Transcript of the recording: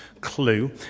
clue